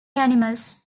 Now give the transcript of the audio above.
animals